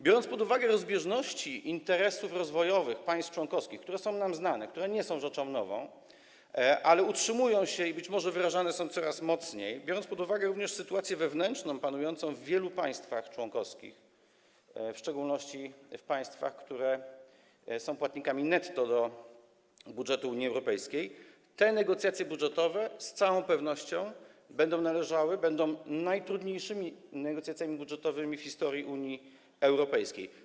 Biorąc pod uwagę rozbieżności interesów rozwojowych państw członkowskich, które są nam znane, które nie są rzeczą nową, które się utrzymują i być może wyrażane są coraz mocniej, biorąc pod uwagę również sytuację wewnętrzną panującą w wielu państwach członkowskich, w szczególności w państwach, które są płatnikami netto do budżetu Unii Europejskiej, te negocjacje budżetowe z całą pewnością będą najtrudniejszymi negocjacjami budżetowymi w historii Unii Europejskiej.